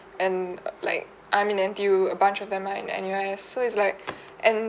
and uh like I'm in N_T_U a bunch of them aren't in anywhere so it's like and